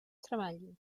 treballin